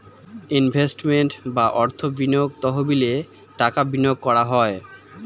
investment বা অর্থ বিনিয়োগ তহবিলে টাকা বিনিয়োগ করা হয়